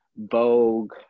Vogue